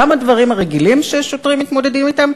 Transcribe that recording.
גם הדברים הרגילים ששוטרים מתמודדים אתם,